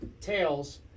tails